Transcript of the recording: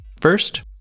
First